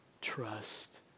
trust